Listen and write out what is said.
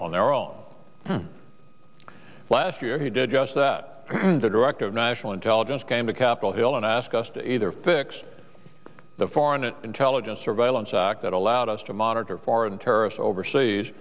on their own last year he did just that the director of national intelligence came to capitol hill and ask us to either fix the foreign an intelligence surveillance act that allowed us to monitor foreign terrorists overseas